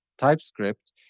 TypeScript